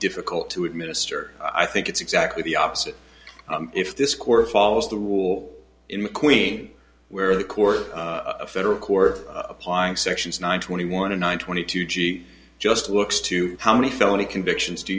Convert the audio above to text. difficult to administer i think it's exactly the opposite if this court follows the rule in mcqueen where the court a federal court applying sections nine twenty one and one twenty two g just looks to how many felony convictions do